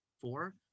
four